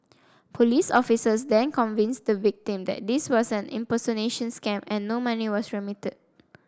police officers then convinced the victim that this was an impersonation scam and no money was remitted